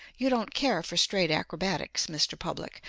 you don't care for straight acrobatics, mr. public,